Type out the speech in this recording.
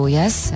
yes